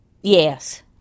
Yes